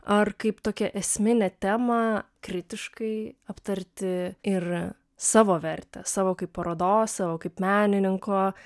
ar kaip tokia esminę temą kritiškai aptarti ir savo vertę savo kaip parodos savo kaip menininko